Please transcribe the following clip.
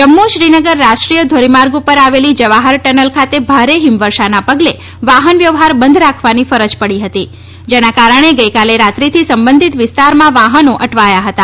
જમ્મુ શ્રીનગર રાષ્ટ્રીય ધોરીમાર્ગ ઉપર આવેલી જવાહર ટનેલ ખાતે ભારે હિમવર્ષાના પગલે વાહન વ્યવહાર બંધ રાખવાની ફરજ પડી હતી જેના કારણે ગઈકાલે રાતથી સંબંધીત વિસ્તારમાં વાહનો અટવાયા હતા